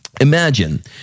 imagine